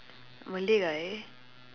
malay guy